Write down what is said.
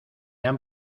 han